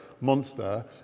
monster